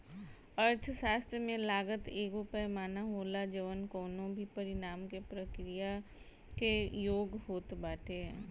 अर्थशास्त्र में लागत एगो पैमाना होला जवन कवनो भी परिणाम के प्रक्रिया कअ योग होत बाटे